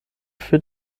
für